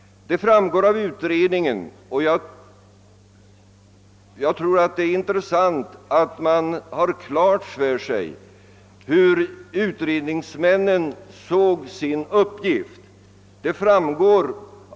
Jag tror att det är viktigt att ha klart för sig hur utredningsmännen såg sin uppgift.